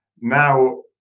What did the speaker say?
Now